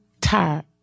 tired